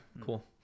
cool